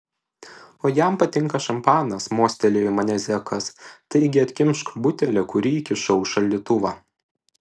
o jam patinka šampanas mostelėjo į mane zekas taigi atkimšk butelį kurį įkišau į šaldytuvą